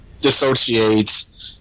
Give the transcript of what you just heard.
dissociate